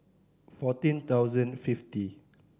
fourteen thousand fifty